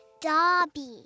Dobby